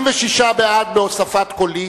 56, בהוספת קולי,